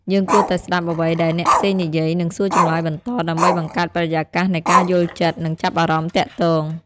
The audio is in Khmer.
យើងគួរតែស្ដាប់អ្វីដែលអ្នកផ្សេងនិយាយ និងសួរចម្លើយបន្ត ដើម្បីបង្កើតបរិយាកាសនៃការយល់ចិត្ត និងចាប់អារម្មណ៍ទាក់ទង។